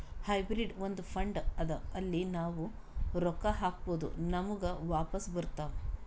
hybrid ಒಂದ್ fund ಅದಾ ಅಲ್ಲಿ ನಾವ್ ರೊಕ್ಕಾ ಹಾಕ್ಬೋದ್ ನಮುಗ ವಾಪಸ್ ಬರ್ತಾವ್